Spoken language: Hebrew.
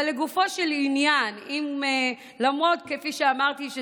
אבל לגופו של עניין: כפי שאמרתי,